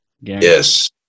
Yes